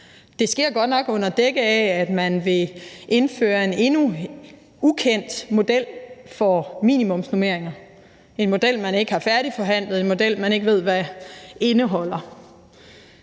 Det sker godt nok under dække af, at man vil indføre en endnu ukendt model for minimumsnormeringer, en model, som man ikke har færdigforhandlet, en model, som man ikke ved hvad indeholder.